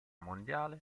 mondiale